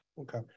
Okay